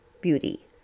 beauty